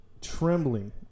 Trembling